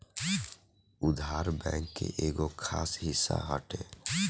उधार, बैंक के एगो खास हिस्सा हटे